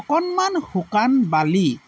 অকণমান শুকান বালি